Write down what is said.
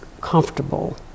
comfortable